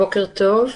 בוקר טוב,